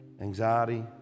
anxiety